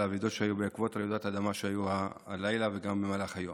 האבדות שהיו בעקבות רעידות האדמה שהיו הלילה וגם במהלך היום.